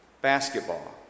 basketball